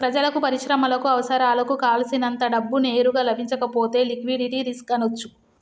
ప్రజలకు, పరిశ్రమలకు అవసరాలకు కావల్సినంత డబ్బు నేరుగా లభించకపోతే లిక్విడిటీ రిస్క్ అనొచ్చు